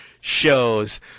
shows